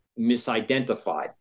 misidentified